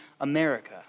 America